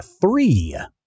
three